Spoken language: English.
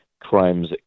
crimes